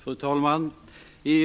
Fru talman!